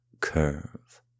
curve